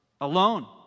alone